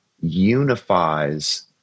unifies